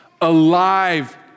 alive